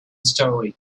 story